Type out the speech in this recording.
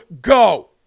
go